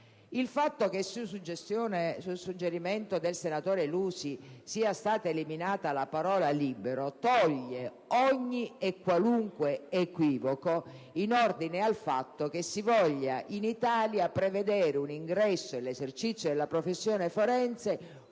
Il fatto che, su suggerimento del senatore Lusi, sia stata eliminata la parola «libero» toglie ogni e qualunque equivoco in ordine al fatto che si voglia prevedere in Italia un ingresso e un esercizio della professione forense